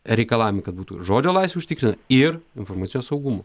reikalavimai kad būtų žodžio laisvė užtikrinta ir informacinio saugumo